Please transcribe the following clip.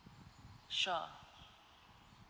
sure